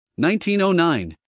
1909